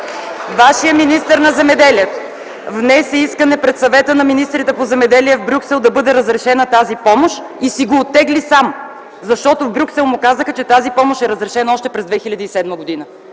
Вашият министър на земеделието внесе искане пред Съвета на министрите по земеделие в Брюксел да бъде разрешена тази помощ и си го оттегли сам, защото в Брюксел му казаха, че тази помощ е разрешена още през 2007 г.